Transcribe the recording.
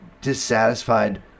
dissatisfied